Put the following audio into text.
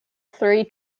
three